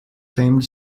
famed